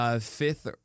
fifth